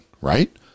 right